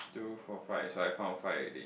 two four five so I found five already